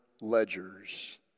ledgers